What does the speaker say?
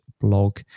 blog